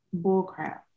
bullcrap